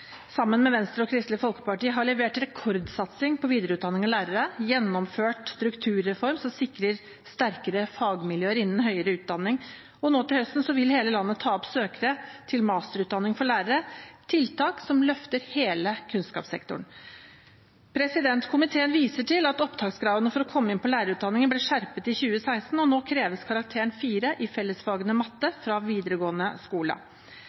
sammen med Venstre og Kristelig Folkeparti, har levert en rekordsatsing på videreutdanning av lærere og gjennomført en strukturreform som sikrer sterkere fagmiljøer innen høyere utdanning. Nå til høsten vil hele landet ta opp søkere til masterutdanning for lærere. Dette er tiltak som løfter hele kunnskapssektoren. Komiteen viser til at opptakskravene for å komme inn på lærerutdanningen ble skjerpet i 2016, og nå kreves karakteren 4 i fellesfaget matematikk fra videregående skole.